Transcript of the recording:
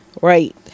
Right